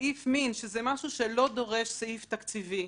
סעיף מין, שזה משהו שלא דורש סעיף תקציבי,